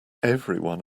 everyone